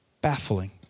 Baffling